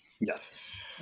yes